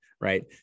right